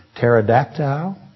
pterodactyl